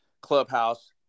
Clubhouse